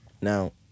Now